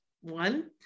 one